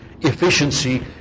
efficiency